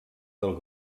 del